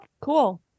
cool